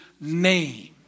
name